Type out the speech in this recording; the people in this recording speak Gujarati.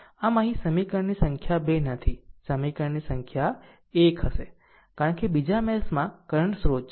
આમ અહીં સમીકરણની સંખ્યા 2 નથી સમીકરણની સંખ્યા 1 હશે કારણ કે બીજા મેશ માં કરંટ સ્રોત છે